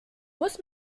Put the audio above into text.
muss